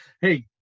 Hey